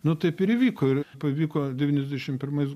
nu taip ir įvyko ir pavyko devyniasdešim pirmais